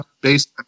based